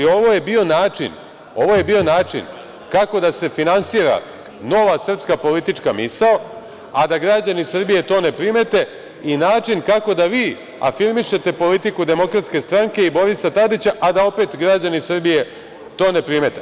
Ovo je bio način kako da se finansira "Nova srpska politička misao", a da građani Srbije to ne primete i način kako da vi afirmišete politiku DS i Borisa Tadića, a da opet građani Srbije to ne primete.